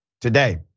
today